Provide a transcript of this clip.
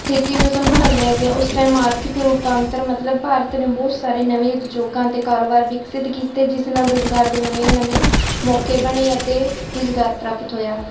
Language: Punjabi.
ਸਥਿਤੀ ਨੂੰ ਸੰਭਾਲਿਆ ਗਿਆ ਉਸ ਟਾਈਮ ਆਰਥਿਕ ਰੂਪਾਂਤਰ ਮਤਲਬ ਭਾਰਤ ਨੇ ਬਹੁਤ ਸਾਰੇ ਨਵੇਂ ਉਦਯੋਗਾਂ ਅਤੇ ਕਾਰੋਬਾਰ ਵਿਕਸਿਤ ਕੀਤੇ ਜਿਸ ਨਾਲ ਰੁਜ਼ਗਾਰ ਦੇ ਨਵੇਂ ਨਵੇਂ ਮੌਕੇ ਬਣੇ ਅਤੇ ਰੁਜ਼ਗਾਰ ਪ੍ਰਾਪਤ ਹੋਇਆ